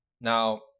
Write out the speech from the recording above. Now